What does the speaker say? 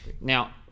Now